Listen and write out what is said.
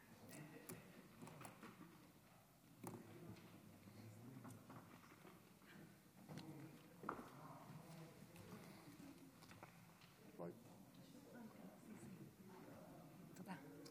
תודה.